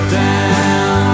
down